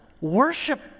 worship